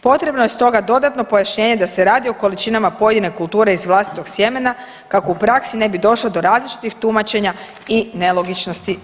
Potrebno je stoga dodatno pojašnjenje da se radi o količinama pojedine kulture iz vlastitog sjemena kako u praksi ne bi došlo do različitih tumačenja i nelogičnosti provedbe.